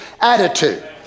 attitude